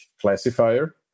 classifier